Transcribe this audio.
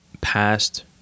past